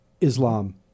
Islam